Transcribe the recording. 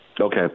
Okay